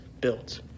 built